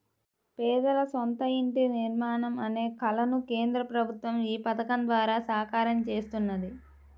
పేదల సొంత ఇంటి నిర్మాణం అనే కలను కేంద్ర ప్రభుత్వం ఈ పథకం ద్వారా సాకారం చేస్తున్నది